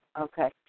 okay